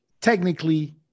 technically